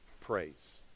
praise